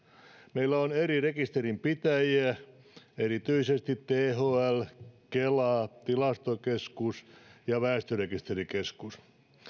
meillä on eri rekisterinpitäjiä erityisesti thl kela tilastokeskus ja väestörekisterikeskus